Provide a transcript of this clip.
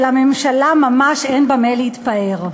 לממשלה ממש אין במה להתפאר.